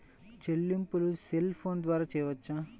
చెల్లింపులు cell phone ద్వారా చేయవచ్చా?